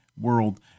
world